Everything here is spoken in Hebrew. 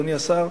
אדוני השר,